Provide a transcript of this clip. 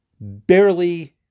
barely